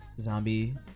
Zombie